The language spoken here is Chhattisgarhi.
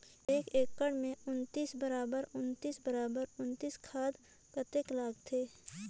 एक एकड़ मे उन्नीस बराबर उन्नीस बराबर उन्नीस खाद कतेक लगथे?